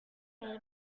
made